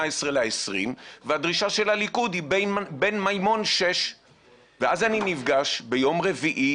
ל-20 והדרישה של הליכוד היא בן מימון 6. ואז אני נפגש ביום רביעי,